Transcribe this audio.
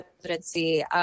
presidency